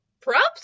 props